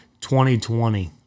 2020